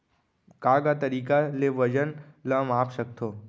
का का तरीक़ा ले वजन ला माप सकथो?